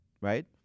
right